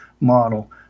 model